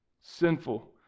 Sinful